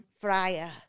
fryer